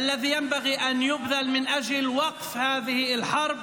אלא הפתרון הוא במאמץ נוסף אשר עלינו לעשות כדי לעצור את המלחמה הזאת,